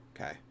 Okay